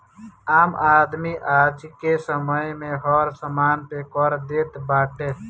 आम आदमी आजके समय में हर समान पे कर देत बाटे